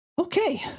Okay